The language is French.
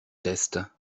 test